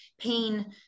pain